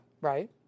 Right